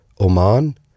Oman